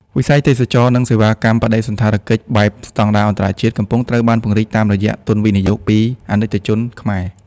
.វិស័យទេសចរណ៍ និងសេវាកម្មបដិសណ្ឋារកិច្ច បែបស្ដង់ដារអន្តរជាតិ កំពុងត្រូវបានពង្រីកតាមរយៈទុនវិនិយោគពី អាណិកជនខ្មែរ ។